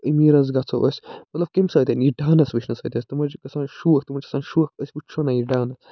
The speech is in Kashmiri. أمیٖر حظ گژھَو أسۍ مطلب کٔمۍ سۭتۍ یہِ ڈانَس وٕچھنہٕ سۭتۍ حظ تٔمۍ حظ چھِ گژھان شوق تِمَن چھِ آسان شوق أسۍ وٕچھَو نا یہِ ڈانَس